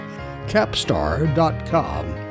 Capstar.com